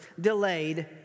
delayed